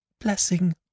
blessing